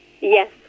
Yes